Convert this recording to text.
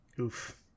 Oof